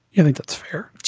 yeah think that's fair.